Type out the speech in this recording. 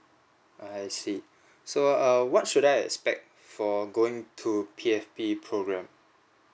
I see so err what should I expect for going to P_F_P program